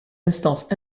instance